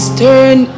turn